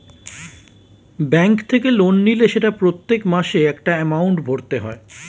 bank থেকে loan নিলে সেটা প্রত্যেক মাসে একটা এমাউন্ট ভরতে হয়